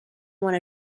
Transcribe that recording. one